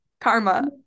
karma